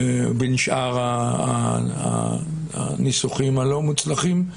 בין שאר הניסוחים הלא-מוצלחים,